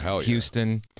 Houston